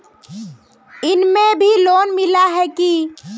इसमें भी लोन मिला है की